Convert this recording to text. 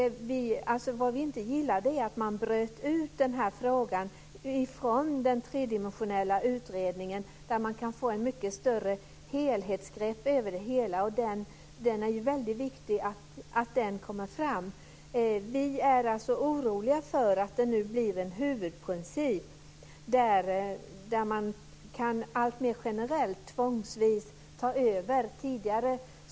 Vad vi inte gillar är att man bröt ut denna fråga från den tredimensionella utredningen, där man kan få ett mycket bättre helhetsgrepp. Det är väldigt viktigt att det kommer fram. Vi är oroliga för att huvudprincipen nu blir att man alltmer generellt tar över tvångsvis.